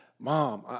mom